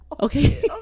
Okay